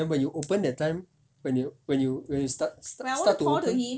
then when you open the time when you when you start start to open